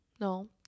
no